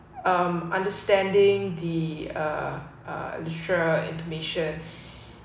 uh understanding the uh uh sure intonation